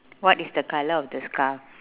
what is the colour of the scarf